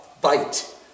bite